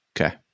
Okay